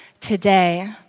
today